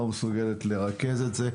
לא מסוגלת לרכז את זה,